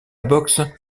boxe